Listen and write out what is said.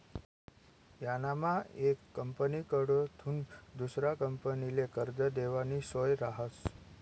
यानामा येक कंपनीकडथून दुसरा कंपनीले कर्ज देवानी सोय रहास